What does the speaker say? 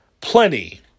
plenty